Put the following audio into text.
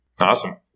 Awesome